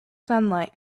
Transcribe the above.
sunlight